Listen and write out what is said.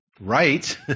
right